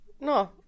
No